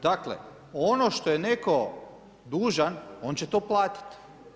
Dakle, ono što je netko dužan, on će to platiti.